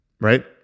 right